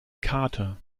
karte